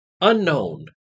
Unknown